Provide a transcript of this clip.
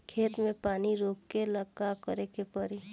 खेत मे पानी रोकेला का करे के परी?